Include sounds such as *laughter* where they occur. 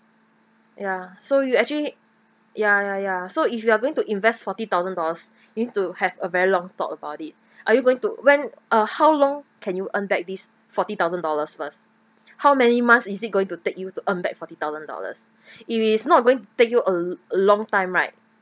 ya so you actually ya ya ya so if you are going to invest forty thousand dollars you need to have a very long thought about it *breath* are you going to when uh how long can you earn back this forty thousand dollars first how many month is it going to take you to earn back forty thousand dollars *breath* if it's not going to take you a l~ long time right